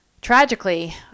Tragically